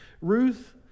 Ruth